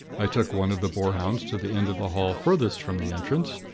i took one of the boarhounds to the end of the hall furthest from the entrance,